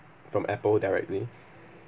from Apple directly